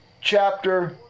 chapter